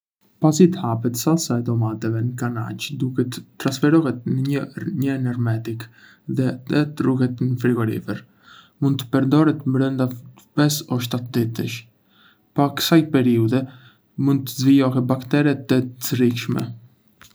Pasi të hapet, salca e domateve në kanaçe duhet të transferohet në një enë hermetike dhe të ruhet në frigorifer. Mund të përdoret brënda pes-shtat ditësh. Pas kësaj periudhe, mund të zhvillojë baktere të rrezikshme.